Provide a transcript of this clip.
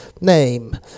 name